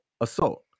assault